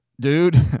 dude